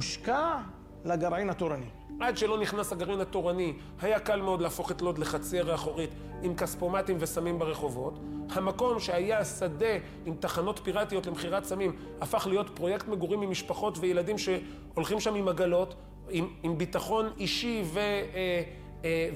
השקעה לגרעין התורני. עד שלא נכנס הגרעין התורני, היה קל מאוד להפוך את לוד לחצר האחורית עם כספומטים וסמים ברחובות. המקום שהיה שדה עם תחנות פירטיות למכירת סמים הפך להיות פרויקט מגורים ממשפחות וילדים שהולכים שם עם עגלות, עם ביטחון אישי